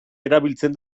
erabiltzen